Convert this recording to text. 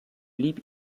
blieb